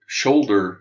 shoulder